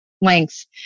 length